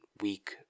weak